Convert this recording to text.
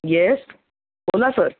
yes बोला sir